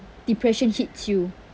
depression hits you